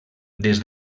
des